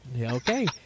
Okay